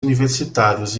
universitários